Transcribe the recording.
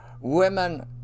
Women